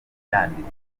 yanditswe